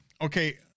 okay